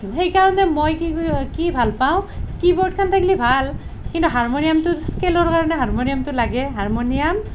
সেই কাৰণে মই কি কি ভাল পাওঁ কীবৰ্ডখন থাকিলে ভাল কিন্তু হাৰমনিয়ামটো স্কেলৰ কাৰণে হাৰমনিয়ামটো লাগে হাৰমনিয়াম